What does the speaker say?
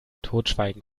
totschweigen